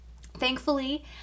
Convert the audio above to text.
Thankfully